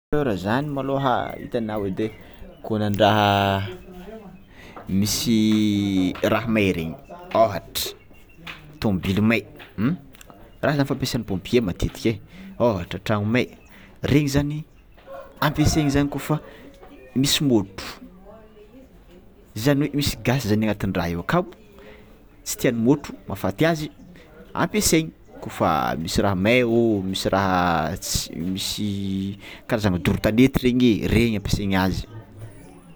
Ra zany môlô itao ode konandraha misy raha may regny ôhatra tômôbile may hm raha zany fampiasan'ny pompier matetiky e ôhatra tragno may regny zany ampiasaina zany kôfa misy môtro, zany hoe misy gazy zany agnaty raha io akao tsy tian'ny môtro mahafaty azy ampiasainy kôfa misy raha mey ô misy raha ts- misy karazagna dorotanety regny e regny ampiasainy azy.